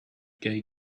gay